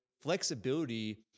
flexibility